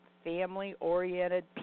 family-oriented